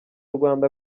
rwanda